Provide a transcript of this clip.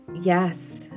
Yes